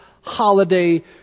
holiday